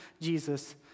Jesus